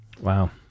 wow